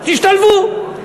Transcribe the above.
תשתלבו.